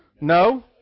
No